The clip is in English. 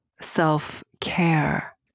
self-care